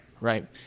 Right